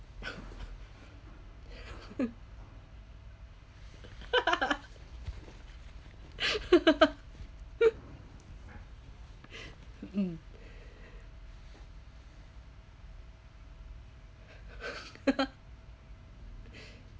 mm